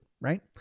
right